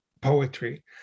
poetry